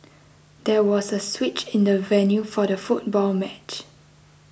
there was a switch in the venue for the football match